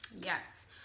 Yes